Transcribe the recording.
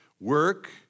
Work